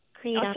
create